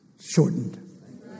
shortened